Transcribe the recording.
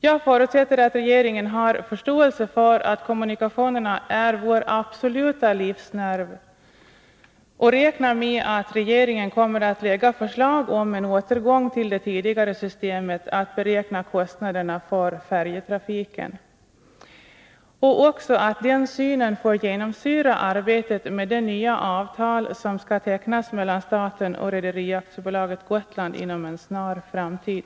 Jag förutsätter att regeringen har förståelse för att kommunikationerna är vår absoluta livsnerv och räknar med att regeringen kommer att lägga fram förslag om en återgång till de tidigare systemet för beräknande av kostnaderna för färjetrafiken. Jag hoppas också att den synen får genomsyra arbetet med det nya avtal som skall tecknas mellan staten och Rederiaktiebolaget Gotland inom en snar framtid.